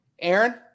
Aaron